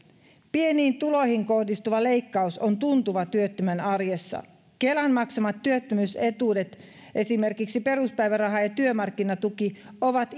pieniin tuloihin kohdistuva leikkaus on tuntuva työttömän arjessa kelan maksamat työttömyysetuudet esimerkiksi peruspäiväraha ja työmarkkinatuki ovat